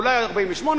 אולי 48,